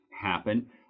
happen